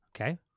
Okay